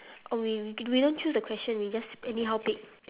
or we we don't chose the question we just anyhow pick